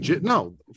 No